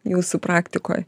jūsų praktikoj